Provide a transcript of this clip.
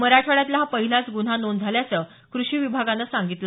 मराठवाड्यातला हा पहिला गुन्हा नोंद झाल्याचं कृषी विभागानं सांगितलं